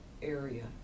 Area